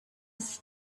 its